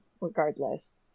regardless